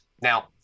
now